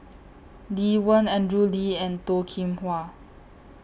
Lee Wen Andrew Lee and Toh Kim Hwa